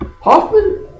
Hoffman